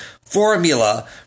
formula